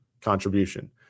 contribution